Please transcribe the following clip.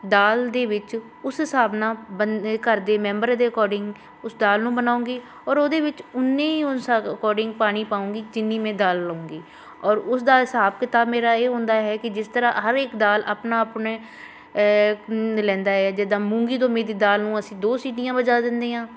ਦਾਲ ਦੇ ਵਿੱਚ ਉਸ ਹਿਸਾਬ ਨਾਲ ਬੰਦ ਘਰ ਦੇ ਮੈਂਬਰ ਦੇ ਅਕੋਡਿੰਗ ਉਸ ਦਾਲ ਨੂੰ ਬਣਾਉਂਗੀ ਔਰ ਉਹਦੇ ਵਿੱਚ ਉਨੇ ਹੀ ਉਸ ਅਕੋਡਿੰਗ ਪਾਣੀ ਪਾਉਂਗੀ ਜਿੰਨੀ ਮੈਂ ਦਾਲ ਲਊਂਗੀ ਔਰ ਉਸਦਾ ਹਿਸਾਬ ਕਿਤਾਬ ਮੇਰਾ ਇਹ ਹੁੰਦਾ ਹੈ ਕਿ ਜਿਸ ਤਰ੍ਹਾਂ ਹਰ ਇੱਕ ਦਾਲ ਆਪਣਾ ਆਪਣੇ ਲੈਂਦਾ ਏ ਜਿੱਦਾਂ ਮੂੰਗੀ ਧੋਵੀਂ ਦੀ ਦਾਲ ਨੂੰ ਅਸੀਂ ਦੋ ਸੀਟੀਆਂ ਵਜਾ ਦਿੰਦੇ ਹਾਂ